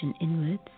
inwards